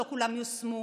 לא כולן יושמו,